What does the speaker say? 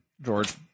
George